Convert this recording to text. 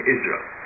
Israel